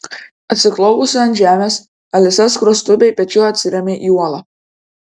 atsiklaupusi ant žemės alisa skruostu bei pečiu atsiremia į uolą